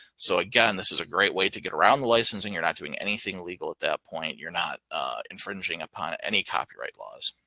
so again, this is a great way to get around the licensing. you're not doing anything illegal at that point. you're not infringing upon any copyright laws.